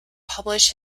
publish